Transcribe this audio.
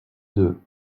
deux